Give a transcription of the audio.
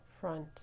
front